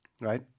right